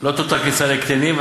לא תותר כניסה לקטינים,